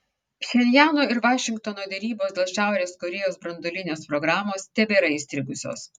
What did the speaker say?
pchenjano ir vašingtono derybos dėl šiaurės korėjos branduolinės programos tebėra įstrigusios